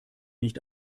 nicht